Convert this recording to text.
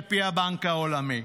על פי הבנק העולמי.